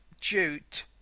jute